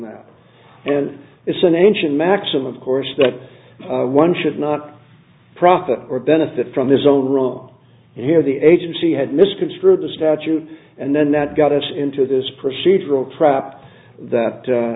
that and it's an ancient maxim of course that one should not profit or benefit from his own wrong here the agency had misconstrued the statute and then that got us into this procedural prop that